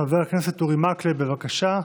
חבר הכנסת אורי מקלב, בבקשה.